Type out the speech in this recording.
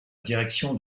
direction